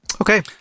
Okay